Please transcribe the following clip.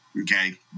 Okay